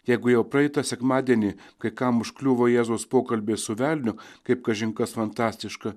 jeigu jau praeitą sekmadienį kai kam užkliuvo jėzus pokalbyje su velniu kaip kažin kas fantastiška